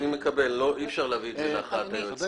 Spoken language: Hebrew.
אני מקבל, אי אפשר להביא את זה להכרעת היועץ.